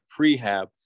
prehab